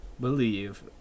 believe